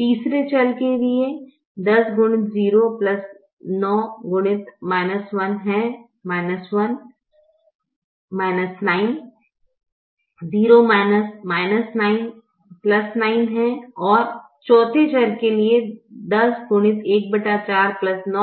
तीसरे चर के लिए है 9 0 9 है और चौथे चर के लिए 10x 14 9x 14 194